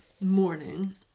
morning